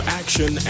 action